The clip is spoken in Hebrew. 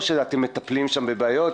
או שאתם מטפלים שם בבעיות?